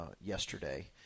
yesterday